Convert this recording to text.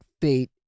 fate